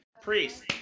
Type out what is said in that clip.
priest